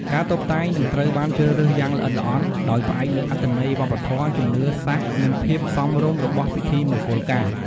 ការតុបតែង នឹងត្រូវបានជ្រើសរើសយ៉ាងល្អិតល្អន់ ដោយផ្អែកលើអត្ថន័យវប្បធម៌ ជំនឿសាសន៍ និងភាពសមរម្យរបស់ពិធីមង្គលការ។